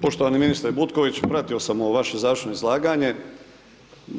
Poštovani ministre Butković, pratio sam ovo vaše završno izlaganje,